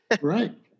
Right